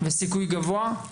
ובסיכוי גבוה.